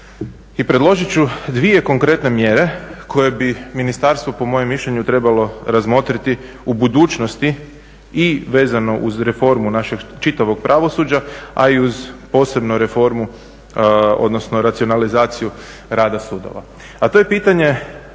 i predložit ću dvije konkretne mjere koje bi ministarstvo po mojem mišljenju trebalo razmotriti u budućnosti i vezano uz reformu našeg čitavog pravosuđa a i uz posebnu reformu odnosno racionalizaciju rada sudova. A to je pitanje